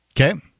Okay